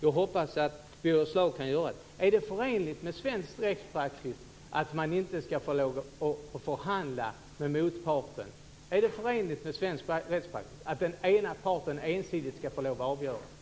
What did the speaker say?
Jag hoppas att Birger Schlaug kan göra det. Är det förenligt med svensk rättspraxis att man inte ska få lov att förhandla med motparten? Är den förenligt med svensk rättspraxis att den ena parten ensidigt ska få lov att avgöra detta?